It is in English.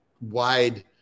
wide